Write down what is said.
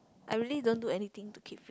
I really don't do anything to keep